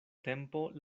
tempo